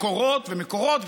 מקורות ומקורות,